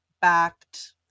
backed